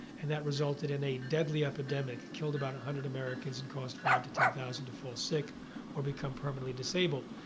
and that resulted in a deadly epidemic. it killed about a hundred americans and caused five thousand to ten thousand to fall sick or become permanently disabled.